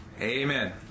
Amen